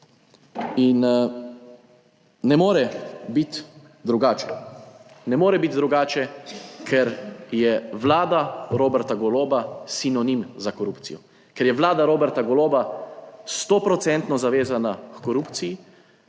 In ne more biti drugače. Ne more biti drugače, ker je Vlada Roberta Goloba sinonim za korupcijo, ker je Vlada Roberta Goloba sto procentno zavezana h korupciji